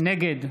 נגד